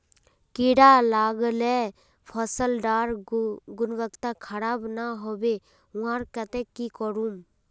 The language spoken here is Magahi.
कीड़ा लगाले फसल डार गुणवत्ता खराब ना होबे वहार केते की करूम?